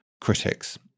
critics